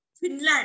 Finland